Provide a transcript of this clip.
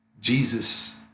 Jesus